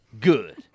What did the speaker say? Good